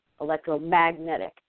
electromagnetic